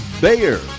Bayer